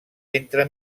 entre